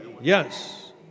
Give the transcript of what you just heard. Yes